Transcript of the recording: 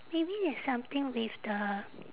maybe there's something with the